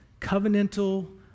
covenantal